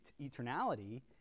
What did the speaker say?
eternality